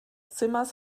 zimmers